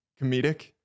comedic